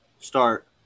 start –